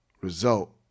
result